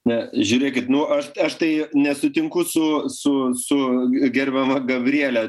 na žiūrėkit nu aš aš tai nesutinku su su su gerbiama gabriele